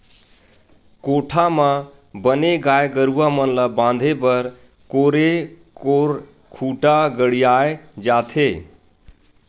कोठा म बने गाय गरुवा मन ल बांधे बर कोरे कोर खूंटा गड़ियाये जाथे